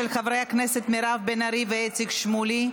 של חברי הכנסת מירב בן ארי ואיציק שמולי.